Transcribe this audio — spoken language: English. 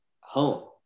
home